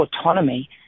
autonomy